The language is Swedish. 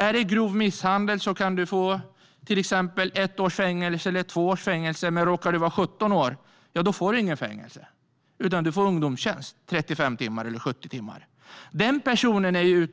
Är det grov misshandel kan du få till exempel ett eller två års fängelse, men råkar du vara 17 år får du inget fängelse. Du får ungdomstjänst i 35 eller 70 timmar. Den personen är ju,